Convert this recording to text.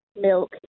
milk